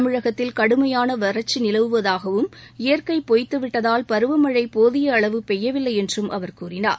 தமிழகத்தில் கடுமையான வறட்சி நிலவுவதாகவும் இயற்கை பொய்த்துவிட்டதால் பருவமழை போதிய அளவு பெய்யவில்லை என்றும் அவர் கூறினார்